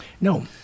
No